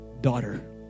daughter